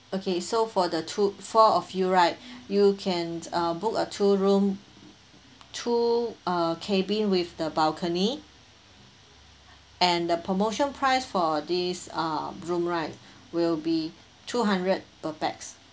okay so for the two four of you right you can err book err two room two err cabin with the balcony and the promotion price for this err room right will be two hundred per pax